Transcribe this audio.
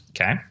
Okay